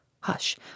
Hush